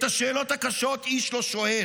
את השאלות הקשות איש לא שואל,